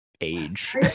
age